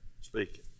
speaking